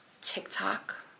tiktok